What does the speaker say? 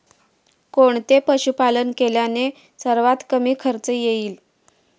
कोणते पशुपालन केल्याने सर्वात कमी खर्च होईल?